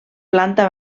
planta